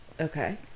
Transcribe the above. Okay